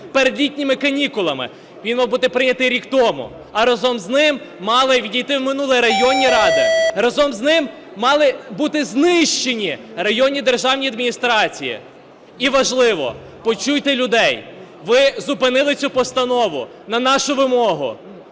перед літніми канікулами, він мав бути прийнятий рік тому, а разом з ним мали відійти в минуле і районні ради, разом з ним мали бути знищені районні державні адміністрації. І важливо: почуйте людей! Ви зупинили цю постанову на нашу вимогу.